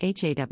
HAW